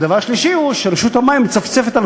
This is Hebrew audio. ודבר שלישי הוא שרשות המים מצפצפת על